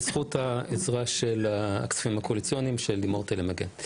בזכות העזרה של הכספים הקואליציוניים של לימור תלם מגן.